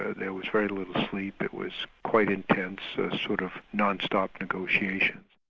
there was very little sleep. it was quite intense, sort of non-stop negotiation.